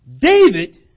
David